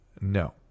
No